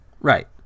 Right